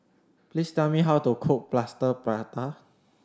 please tell me how to cook Plaster Prata